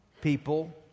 people